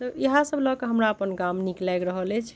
तऽ इएह सभ लऽ कऽ हमरा अपन गाम नीक लागि रहल अछि